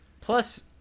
Plus